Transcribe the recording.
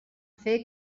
fer